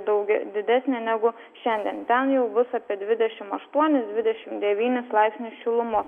daugia didesnė negu šiandien ten jau bus apie dvidešimt aštuonis dvidešimt devynis laipsnius šilumos